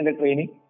training